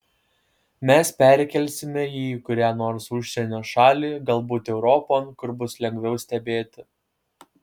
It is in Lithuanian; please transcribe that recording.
mes perkelsime jį į kurią nors užsienio šalį galbūt europon kur bus lengviau stebėti